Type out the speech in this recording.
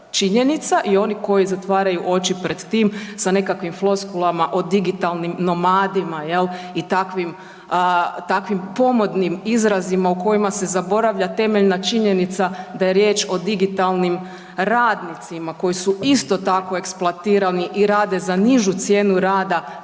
činjenica i oni koji zatvaraju oči pred tim sa nekakvim floskulama o digitalnim nomadima, je li i takvim pomodnim izrazima u kojima se zaboravlja temeljna činjenica da je riječ o digitalnim radnicima koji su isto tako, eksploatirani i rade za nižu cijenu rada